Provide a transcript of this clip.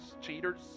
cheaters